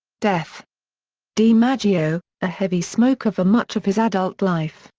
death dimaggio, a heavy smoker for much of his adult life,